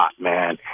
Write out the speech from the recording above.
man